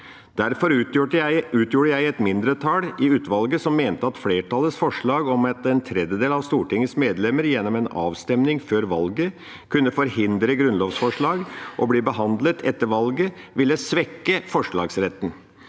Derfor utgjorde jeg et mindretall i utvalget som mente at flertallets forslag om at én tredjedel av Stortingets medlemmer gjennom en avstemning før valget kunne forhindre grunnlovsforslag å bli behandlet etter valget, ville svekke forslagsretten.